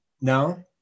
No